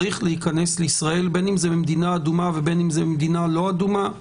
צריך להיכנס לישראל בין אם זה ממדינה אדומה ובין אם זה ממדינה לא אדומה,